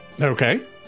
Okay